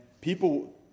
people